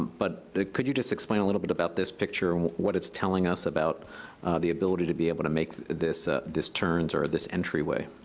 but could you just explain a little bit about this picture and what it's telling us about the ability to be able to make this ah this turn, or this entryway?